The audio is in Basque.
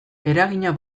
eragina